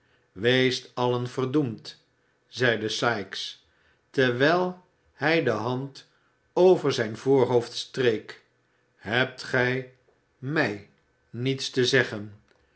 weest allen verdoemd zeide sikes terwijl hij de hand over zijn voorhoofd streek hebt gij mij niets te zeggen